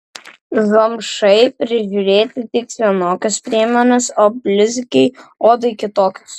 zomšai prižiūrėti tiks vienokios priemonės o blizgiai odai kitokios